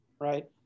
right